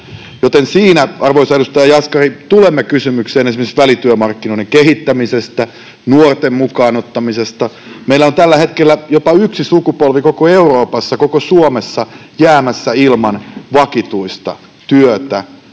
Siinä, arvoisa edustaja Jaskari, tulemme kysymykseen esimerkiksi välityömarkkinoiden kehittämisestä, nuorten mukaan ottamisesta. Meillä on tällä hetkellä jopa yksi sukupolvi koko Euroopassa, koko Suomessa jäämässä ilman vakituista työtä,